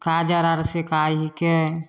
काजर आर सिकाइ हिकै